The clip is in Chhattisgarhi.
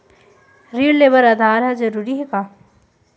ऋण ले बर आधार ह जरूरी हे का?